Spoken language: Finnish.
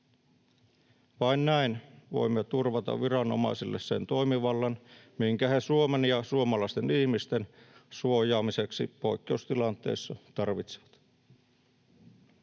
Vain näin voimme turvata viranomaisille sen toimivallan, minkä he Suomen ja suomalaisten ihmisten suojaamiseksi poikkeustilanteessa tarvitsevat.